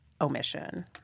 omission